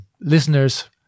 listeners